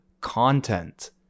content